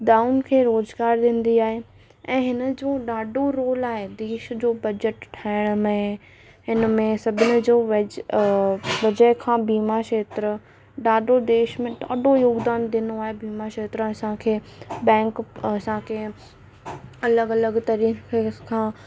दाउन खे रोज़गारु ॾींदी आहे ऐं हिन जो ॾाढो रोल आहे देश जो बजट ठाहिण में हिन में सभिनि जो वेज वजह खां बीमा क्षेत्र ॾाढो देश में ॾाढो योगदानु ॾिनो आहे बीमा क्षेत्र असांखे बैंक असांखे अलॻि अलॻि तरह फेस खां